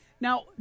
now